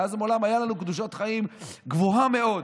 מאז ומעולם הייתה לנו קדושת חיים ברמה גבוהה מאוד,